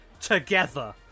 together